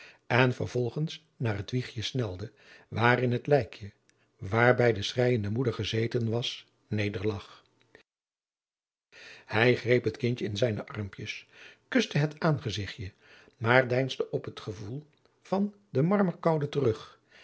en vervolgens naar het wiegje snelde waarin het lijkje waarbij de schreijende moeder gezeten was nederlag hij greep het kindje in zijne armpjes kuste het aangezigtje maar deinsde op het gevoel van de marmerkoude terug